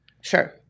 Sure